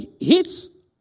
hits